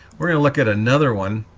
we're going to look at another one